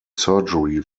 surgery